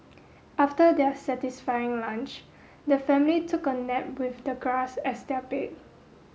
after their satisfying lunch the family took a nap with the grass as their bed